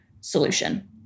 solution